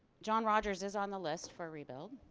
john rogers is on the list for a rebuild.